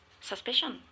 suspicion